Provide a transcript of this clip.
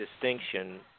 distinction